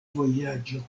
vojaĝo